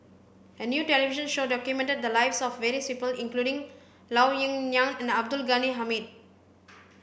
a new television show documented the lives of various people including Lao Ying Nan and Abdul Ghani Hamid